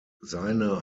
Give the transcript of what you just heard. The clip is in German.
seine